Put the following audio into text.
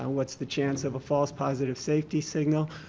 and what's the chance of a false positive safety signal?